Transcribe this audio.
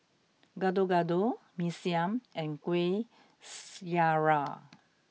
gado gado Mee Siam and Kueh Syara